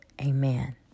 Amen